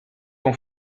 ton